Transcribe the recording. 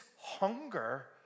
hunger